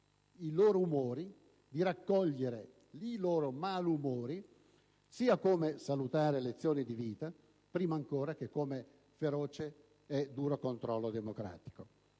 i loro umori, di raccogliere i loro malumori come salutare lezione di vita prima ancora che come feroce e duro controllo democratico.